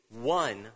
one